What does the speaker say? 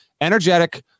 energetic